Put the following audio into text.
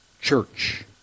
church